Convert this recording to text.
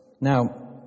Now